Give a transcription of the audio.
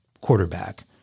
quarterback